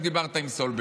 את הזמן.